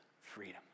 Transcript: freedom